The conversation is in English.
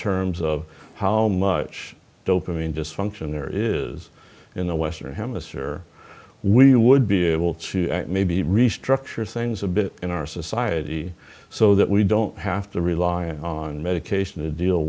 terms of how much dopamine dysfunction there is in the western hemisphere we would be able to maybe restructure things a bit in our society so that we don't have to rely on medication to deal